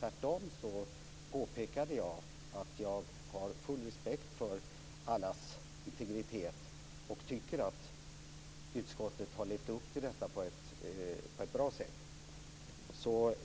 Jag påpekade tvärtom att jag har full respekt för allas integritet och tycker att utskottet har levt upp till den på ett bra sätt.